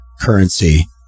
currency